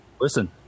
Listen